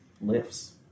Lifts